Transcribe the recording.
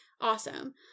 Awesome